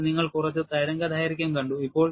അപ്പോൾ നിങ്ങൾ കുറച്ച് തരംഗദൈർഘ്യം കണ്ടു